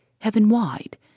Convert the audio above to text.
heaven-wide